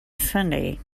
sunday